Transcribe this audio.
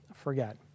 forget